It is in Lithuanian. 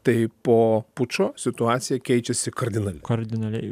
tai po pučo situacija keičiasi kardinaliai kardinaliai